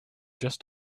just